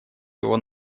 его